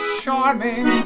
charming